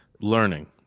learning